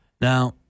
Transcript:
Now